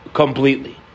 completely